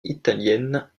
italienne